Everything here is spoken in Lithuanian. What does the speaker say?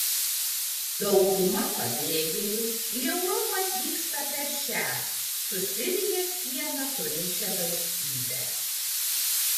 dauguma pabėgėlių į europą atvyksta per šią su sirija sieną turinčią valstybę